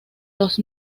los